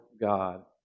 God